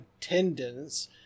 tendons